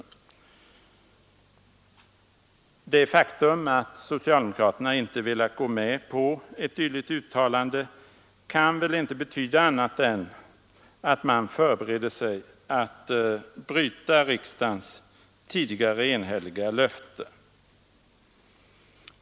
Det Onsdagen den faktum att socialdemokraterna inte velat gå med på ett dylikt uttalande 25 april 1973 kan väl inte betyda annat än att man förbereder sig att bryta riksdagens tidigare enhälliga löfte.